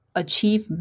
achieve